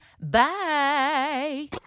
Bye